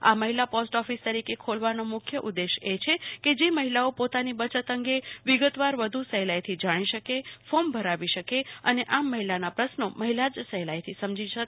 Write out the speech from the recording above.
આ મહિલા post office તરીકે ખોલવાનો મુખ્ય ઉદ્દેશ એ કે જે મહિલાઓ પોતાની બચત અંગે વિગતવાર વધુ સહેલાઇથી જાછી શકે ફોર્મ ભરાવી શકે અને આમ મહિલાના પ્રશ્રો મહિલા જ સહેલાઇથી સમજી શકે